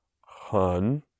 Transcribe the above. hun